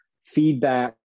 feedback